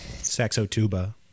Saxo-tuba